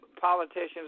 politicians